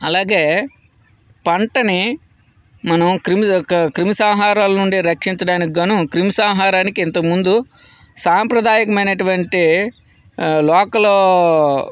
అలాగే పంటని మనం క్రిమి క్రిమిసంహారాల నుండి రక్షించడానికిగాను క్రిమిసంహారానికి ఇంతక ముందు సాంప్రదాయకమైనటువంటి లోకలూ